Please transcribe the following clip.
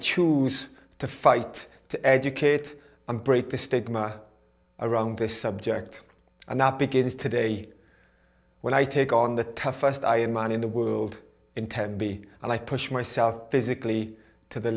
choose to fight to educate and break the stigma around this subject and that begins today when i take on the toughest iron man in the world in ten b and i push myself physically to the